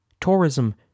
Tourism